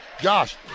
Josh